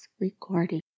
recording